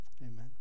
Amen